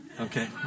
Okay